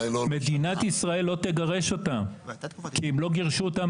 מדינת ישראל לא תגרש אותם כי עד היום לא גירשו אותם.